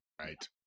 Right